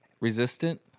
resistant